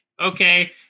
Okay